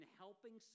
helping